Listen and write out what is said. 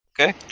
Okay